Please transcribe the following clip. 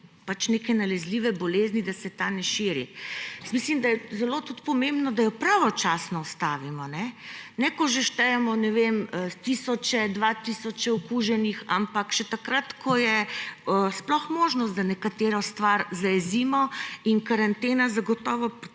neke nalezljive bolezni, da se ta ne širi. Mislim, da je tudi zelo pomembno, da jo pravočasno ustavimo ‒ kajne? Ne, ko že štejemo tisoč, 2 tisoč okuženih, ampak še takrat, ko je sploh možnost, da neko stvar zajezimo, in karantena zagotovo pri